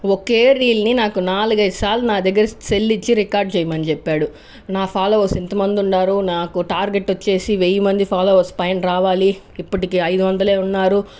okay రీల్ని నాకు నాలుగైదు సార్లు నా దగర సెల్ ఇచ్చి రికార్డ్ చేయమని చెప్పాడు నా ఫాలోవర్స్ ఇంతమంది ఉన్నారు నాకు టార్గెట్ వచ్చేసి వేయ్యి మందికి పైన రావాలి ఇప్పటికి ఐదువందలే ఉన్నారు